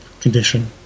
condition